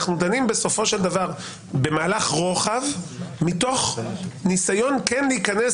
אנחנו דנים במהלך רוחב מתוך ניסיון להיכנס